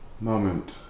moment